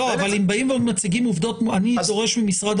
נכון אבל אם באים ומציגים עובדות - אני דורש ממשרד